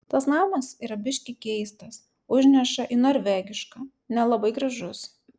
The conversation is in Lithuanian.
tas namas yra biški keistas užneša į norvegišką nelabai gražus